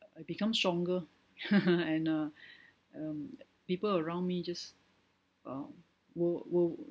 I become stronger and uh um people around me just uh were were